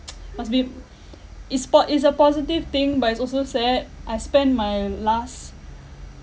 must be is pot~ is a positive thing but it's also sad I spent my last